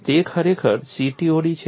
તે ખરેખર CTOD છે